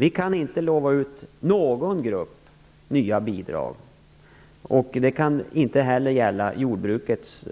Vi kan inte lova någon grupp nya bidrag, inte heller jordbrukets